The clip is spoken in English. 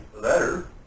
letter